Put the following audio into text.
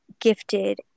gifted